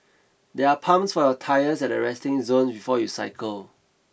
there are pumps for your tyres at the resting zone before you cycle